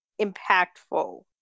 impactful